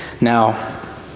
Now